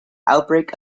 outbreak